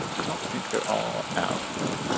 ah don't think they're all out now.